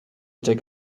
take